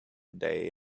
day